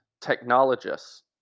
technologists